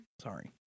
Sorry